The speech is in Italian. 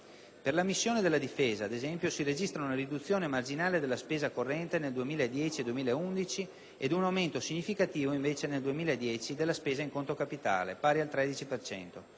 Per la missione della difesa si registra una riduzione marginale della spesa corrente nel 2010 e 2011 ed un aumento significativo nel 2010 della spesa in conto capitale pari al 13